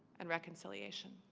and reconciliation